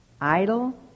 idle